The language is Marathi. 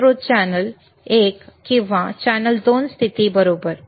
स्रोत चॅनेल एक किंवा चॅनेल 2 स्थिती बरोबर